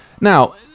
Now